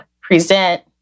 present